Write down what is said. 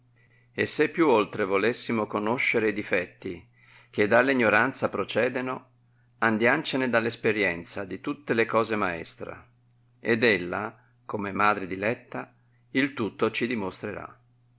e se più oltre volessimo conoscere i diffetti che dalla ignoranza procedeno andiancene dalla isperienza di tutte le cose maestra ed ella come madre diletta il tutto ci dimostrerà